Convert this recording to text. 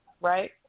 Right